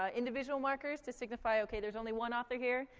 ah individual markers to signify, okay, there's only one author, here,